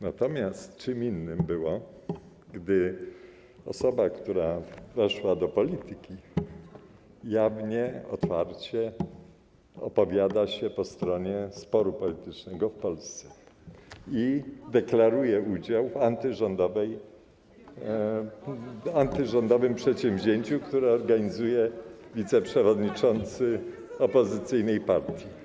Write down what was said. Natomiast czym innym było, gdy osoba, która weszła do polityki, jawnie, otwarcie opowiada się po stronie sporu politycznego w Polsce i deklaruje udział w antyrządowym przedsięwzięciu, które organizuje wiceprzewodniczący opozycyjnej partii.